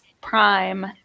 prime